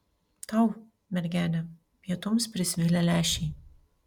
tau mergele pietums prisvilę lęšiai